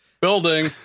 Building